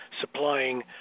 supplying